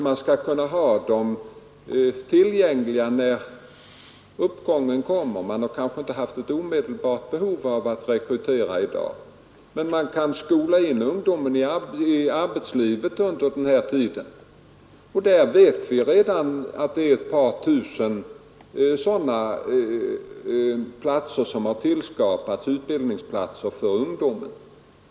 Man har kanske inte ett omedelbart behov av att rekrytera arbetskraft i dag men anställer folk i förväg för att ha dem tillgängliga när uppgången kommer. På så sätt kan man skola in ungdomarna i arbetslivet. Vi vet att ett par tusen sådana utbildningsplatser redan har tillskapats för ungdomar.